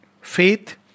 faith